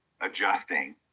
adjusting